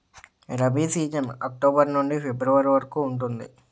rabi season October నుండి February వరకు ఉంటుంది